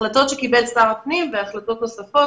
החלטות שקיבל שר הפנים והחלטות נוספות,